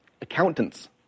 accountants